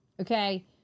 Okay